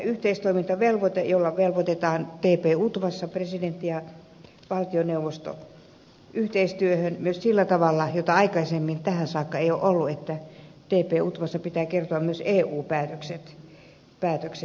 tällä yhteistoimintavelvoitteella velvoitetaan tp utvassa presidentti ja valtioneuvosto yhteistyöhön myös sillä tavalla jota aikaisemmin tähän saakka ei ole ollut että tp utvassa pitää kertoa myös eu päätökset